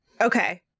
Okay